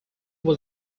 was